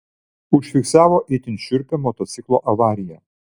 užfiksavo itin šiurpią motociklo avariją